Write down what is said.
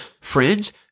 friends